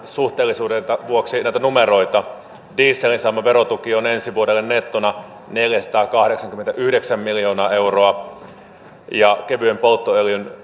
suhteellisuuden vuoksi vähän näitä numeroita dieselin saama verotuki on ensi vuodelle nettona neljäsataakahdeksankymmentäyhdeksän miljoonaa euroa ja kevyen polttoöljyn